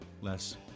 less